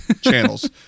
channels